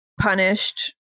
punished